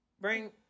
Bring